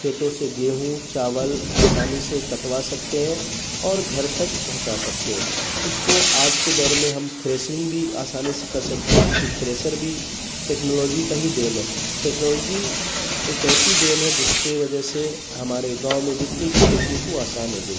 کھیتوں سے گیہوں چاول آسانی سے کٹوا سکتے ہیں اور گھر تک پہنچا سکتے اس کو آج کے دور میں ہم تھریشنگ بھی آسانی سے کر سکتے ہیں کیونکہ تھریشر بھی ٹیکنالوجی کا ہی دین ہے ٹیکنالوجی ایک ایسی دین ہے جس کے وجہ سے ہمارے گاؤں میں جتنی بھی کھیتی ہوتی وہ آسان ہو گئی